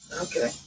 Okay